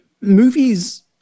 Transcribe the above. movies